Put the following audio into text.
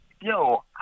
yo